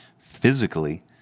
Physically